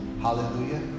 Hallelujah